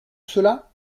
cela